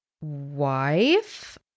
wife